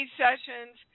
sessions